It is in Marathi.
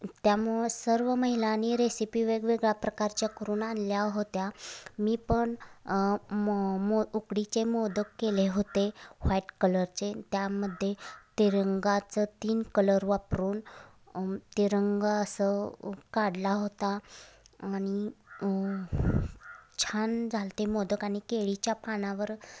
त्यामुळं सर्व महिलांनी रेसिपी वेगवेगळ्या प्रकारच्या करून आणल्या होत्या मी पण मो मो उकडीचे मोदक केले होते व्हाईट कलरचे त्यामध्ये तिरंगाचं तीन कलर वापरून तिरंगा असं काढला होता आणि छान झालते मोदक आणि केळीच्या पानावर